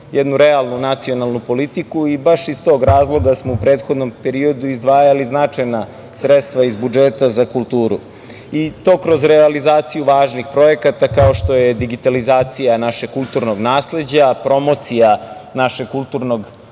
jednu realnu nacionalnu politiku i baš iz tog razloga smo u prethodnom periodu izdvajali značajna sredstva iz budžeta za kulturu, i to kroz realizaciju važnih projekata, kao što je digitalizacija našeg kulturnog nasleđa, promocija našeg kulturnog